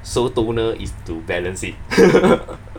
so toner is to balance it